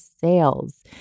sales